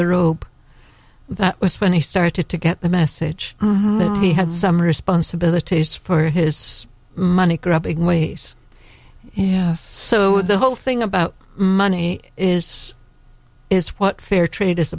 the robe that was when he started to get the message he had some responsibilities for his money grubbing ways yes so the whole thing about money is is what fair trade is